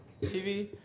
TV